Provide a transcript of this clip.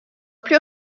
plus